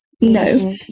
no